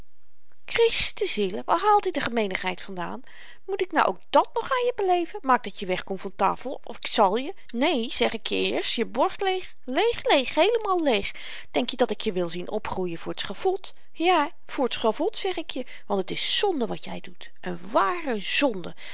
christenzielen waar haalt i de gemeenigheid vandaan moet ik nu ook dàt nog aan je beleven maak dat je weg komt van tafel of ik zal je neen zeg ik je eerst je bord leeg leeg leeg heelemaal leeg denk je dat ik je wil zien opgroeien voor't schavot ja voor t schavot zeg ik je want het is zonde wat jy doet n ware zonde